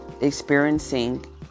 experiencing